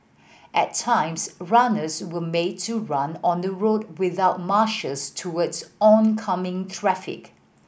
at times runners were made to run on the road without marshals towards oncoming traffic